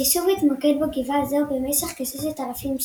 היישוב התמקד בגבעה זו במשך כששת אלפים שנה,